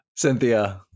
Cynthia